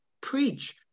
preach